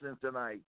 tonight